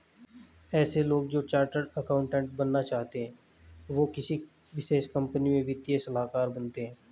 ऐसे लोग जो चार्टर्ड अकाउन्टन्ट बनना चाहते है वो किसी विशेष कंपनी में वित्तीय सलाहकार बनते हैं